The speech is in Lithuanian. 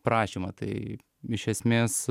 prašymą tai iš esmės